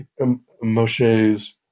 Moshe's